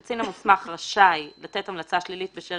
הקצין המוסמך רשאי לתת המלצה שלילית בשל